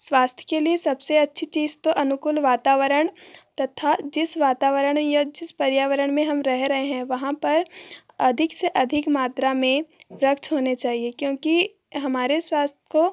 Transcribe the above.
स्वास्थ्य के लिए सबसे अच्छी चीज़ तो अनुकूल वातावरण तथा जिस वातावरण या जिस पर्यावरण में हम रह रहे हैं वहाँ पर अधिक से अधिक मात्रा में वृक्ष होने चाहिए क्योंकि हमारे स्वास्थ्य को